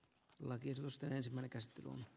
kyllä kysymysten esimerkeistä on